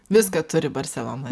viską turi barselona